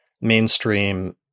mainstream